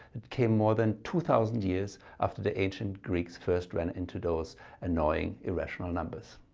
it came more than two thousand years after the ancient greeks first ran into those annoying irrational numbers.